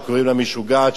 שקוראים לה "משוגעת",